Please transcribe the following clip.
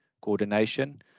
coordination